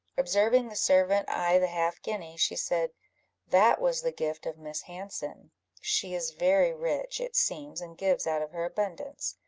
observing the servant eye the half-guinea, she said that was the gift of miss hanson she is very rich, it seems, and gives out of her abundance.